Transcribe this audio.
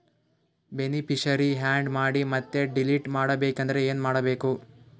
Beneficiary, add ಮಾಡಿ ಮತ್ತೆ delete ಮಾಡಬೇಕೆಂದರೆ ಏನ್ ಮಾಡಬೇಕು?